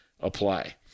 apply